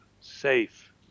safe